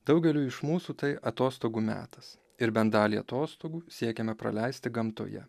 daugeliui iš mūsų tai atostogų metas ir bent dalį atostogų siekiame praleisti gamtoje